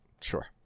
Sure